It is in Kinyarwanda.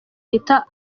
yita